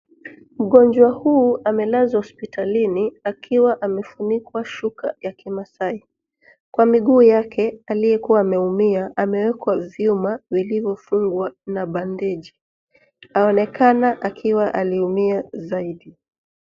Mgonjwa huu amelazwa hospitalini akiwa amefunikwa shuka ya kimasai kwa miguu yake aliyekuwa ameumia. Amewekwa vyuma vilivyofungwa na bendeji. Aonekane akiwa aliumia zaidi.